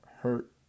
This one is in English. hurt